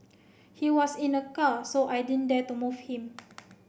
he was in a car so I didn't dare to move him